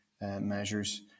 Measures